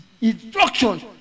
Instruction